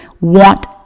want